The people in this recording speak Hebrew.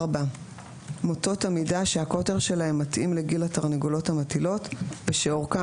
מוטות עמידה שהקוטר שלהם מתאים לגיל התרנגולות המטילות ושאורכם